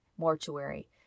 mortuary